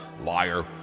Liar